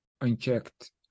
unchecked